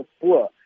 poor